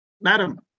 Madam